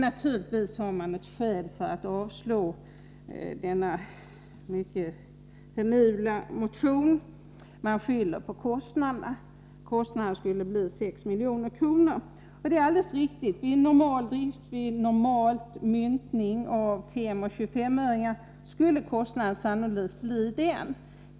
Naturligtvis har man ett skäl för att avslå denna mycket hemula motion: man skyller på kostnaderna — de skulle bli 6 milj.kr. Det är alldeles riktigt: vid normal myntning av 5 och 25-öringar skulle kostnaden sannolikt bli denna.